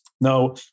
Now